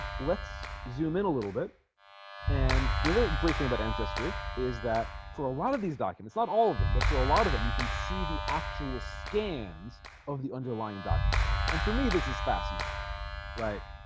let's zoom in a little bit and the ah great thing about ancestry is that for a lot of these documents not all of them but for a lot of them you can see the actual scans of the underlying documents and for me this is fascinating right